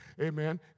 amen